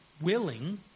willing